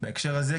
בהקשר הזה,